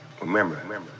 remember